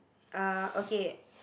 uh okay